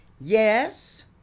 Yes